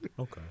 Okay